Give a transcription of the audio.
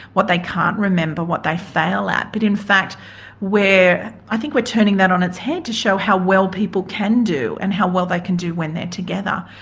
what they can't remember, what they fail at. but in fact i think we're turning that on its head to show how well people can do and how well they can do when they're together.